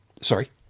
sorry